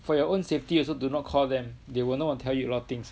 for your own safety also do not call them they will not want to tell you a lot of things